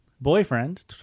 boyfriend